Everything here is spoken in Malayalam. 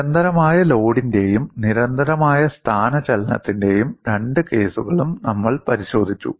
നിരന്തരമായ ലോഡിന്റെയും നിരന്തരമായ സ്ഥാനചലനത്തിന്റെയും രണ്ട് കേസുകളും നമ്മൾ പരിശോധിച്ചു